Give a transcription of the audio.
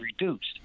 reduced